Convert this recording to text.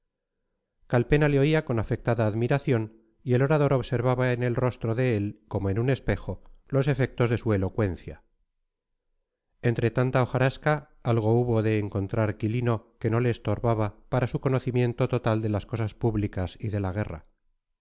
auditorio calpena le oía con afectada admiración y el orador observaba en el rostro de él como en un espejo los efectos de su elocuencia entre tanta hojarasca algo hubo de encontrar quilino que no le estorbaba para su conocimiento total de las cosas públicas y de la